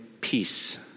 peace